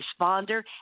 responder